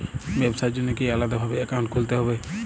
ব্যাবসার জন্য কি আলাদা ভাবে অ্যাকাউন্ট খুলতে হবে?